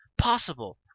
possible